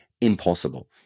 impossible